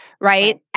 Right